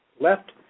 left